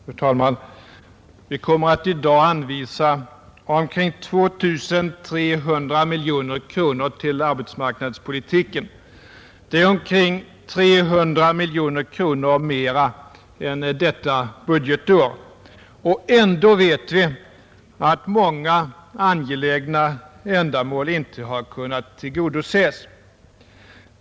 Fru talman! Vi kommer i dag att anvisa omkring 2 300 miljoner kronor till arbetsmarknadspolitiken. Det är omkring 300 miljoner kronor mer än för innevarande budgetår. Och ändå vet vi att många angelägna ändamål inte har kunnat tillgodoses.